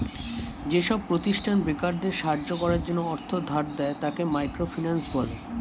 যেসব প্রতিষ্ঠান বেকারদের সাহায্য করার জন্য অর্থ ধার দেয়, তাকে মাইক্রো ফিন্যান্স বলে